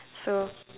so